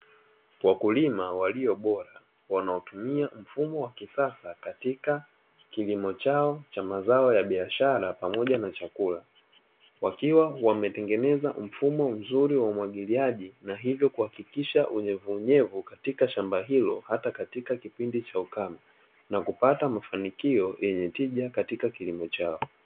Wakulima waliyo bora wanaotumia mfumo wa kisasa katika kilimo chao cha mazao ya biashara pamoja na chakula wakiwa wametengeneza mfumo mzuri wa umwagiliaji, na hivyo kuhakikisha unyevunyevu katika shamba hilo hata katika kipindi cha ukame na kupata mafanikio yenye tija katika kilimo chao.